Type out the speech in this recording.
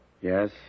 Yes